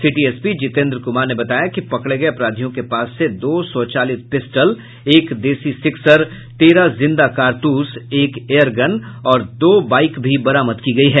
city SP Jitendra Kumar ने बताया कि पकड़े गये अपराधियों के पास से दो स्वचलित पिस्टल एक देशी सिक्सर तेरह जिंदा कारतूस एक एयरगन और दो बाईक भी बरामद किये गये हैं